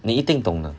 你一定懂的